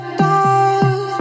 dark